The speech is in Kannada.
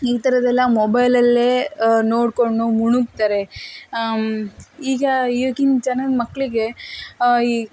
ಈ ಥರದ್ದೆಲ್ಲ ಮೊಬೈಲಲ್ಲೇ ನೋಡಿಕೊಂಡು ಮುಳುಗ್ತಾರೆ ಈಗ ಈಗಿನ ಜನ ಮಕ್ಕಳಿಗೆ ಈ